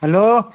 hello